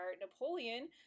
Napoleon